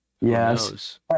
Yes